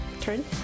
turn